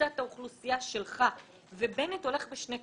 לקבוצת האוכלוסייה שלך, ובנט הולך בשני כיוונים.